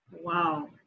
Wow